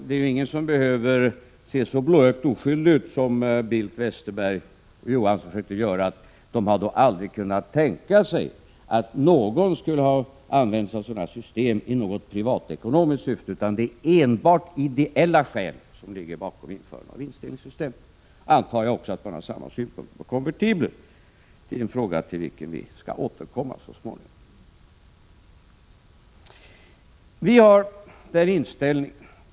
Det är ingen som behöver se så blåögt oskyldig ut som Bengt Westerberg och Olof Johansson försöker göra: de har då aldrig kunnat tänka sig att någon skulle använt sig av ett sådant system i något privat ekonomiskt syfte, utan det är enbart ideella skäl som ligger bakom införandet av vinstdelningssystem. Jag antar att de har samma synpunkter på konvertibler. Det är en fråga till vilken vi skall återkomma så småningom.